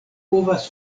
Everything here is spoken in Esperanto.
povas